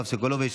יואב סגלוביץ',